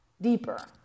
deeper